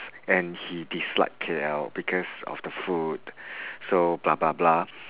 and he dislike K_L because of the food so blah blah blah